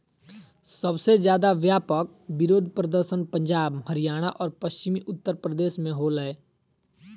सबसे ज्यादे व्यापक विरोध प्रदर्शन पंजाब, हरियाणा और पश्चिमी उत्तर प्रदेश में होलय